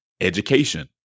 education